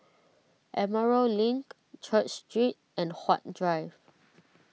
Emerald Link Church Street and Huat Drive